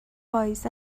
پاییز